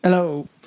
Hello